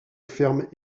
ferme